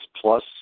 plus